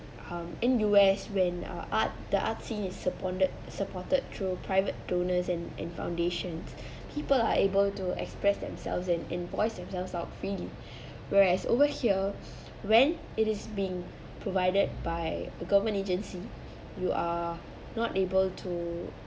um in U_S when uh art the art scene is supponded supported through private donors and and foundations people are able to express themselves and voice themselves out freely whereas over here when it is being provided by the government agency you are not able to